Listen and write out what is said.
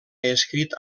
escrit